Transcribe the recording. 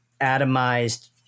atomized